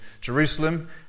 Jerusalem